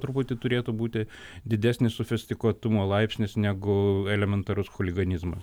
truputį turėtų būti didesnis sofistikuotumo laipsnis negu elementarus chuliganizmas